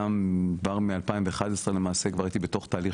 גם כבר מ-2011 למעשה הייתי בתוך תהליך